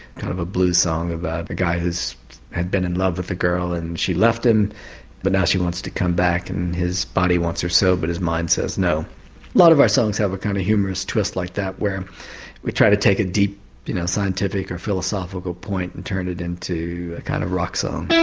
kind of a blues song about a guy who had been in love with a girl and she left him but now she wants to come back and his body wants her so but his mind says no. a lot of our songs have a kind of humorous twist like that where we try to take a deep you know scientific or philosophical point and turn it into a kind of rock song.